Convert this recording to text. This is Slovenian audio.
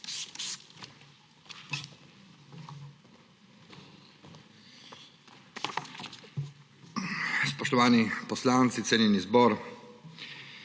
Spoštovani poslanci, cenjeni zbor!